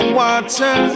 water